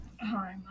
Hi